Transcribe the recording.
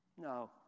No